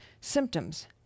symptoms